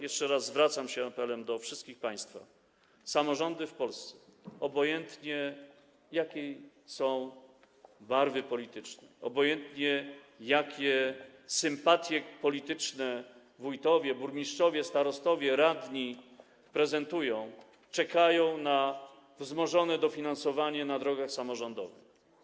Jeszcze raz zwracam się z apelem do wszystkich państwa: samorządy w Polsce - obojętnie jakiej są barwy politycznej, obojętnie jakie sympatie polityczne prezentują wójtowie, burmistrzowie, starostowie i radni - czekają na wzmożone dofinansowanie dróg samorządowych.